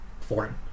foreign